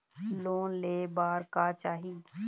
Loan ले बार का चाही?